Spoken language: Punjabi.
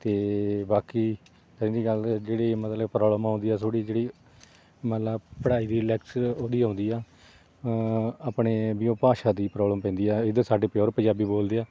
ਅਤੇ ਬਾਕੀ ਪਹਿਲੀ ਗੱਲ ਜਿਹੜੀ ਮਤਲਬ ਪ੍ਰੋਬਲਮ ਆਉਂਦੀ ਆ ਥੋੜ੍ਹੀ ਜਿਹੜੀ ਮਤਲਬ ਪੜ੍ਹਾਈ ਦੀ ਉਹਦੀ ਆਉਂਦੀ ਆ ਆਪਣੇ ਵੀ ਓ ਭਾਸ਼ਾ ਦੀ ਪ੍ਰੋਬਲਮ ਪੈਂਦੀ ਆ ਇੱਧਰ ਸਾਡੇ ਪਿਓਰ ਪੰਜਾਬੀ ਬੋਲਦੇ ਆ